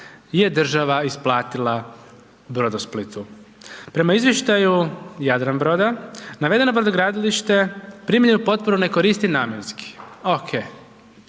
je država isplatila Brodosplitu. Prema izvještaju Jadranbroda navedeno brodogradilište primljenu potporu ne koristi namjenski,